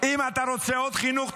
אם אתה רוצה עוד חינוך,